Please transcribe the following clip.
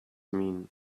mean